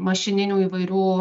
mašininių įvairių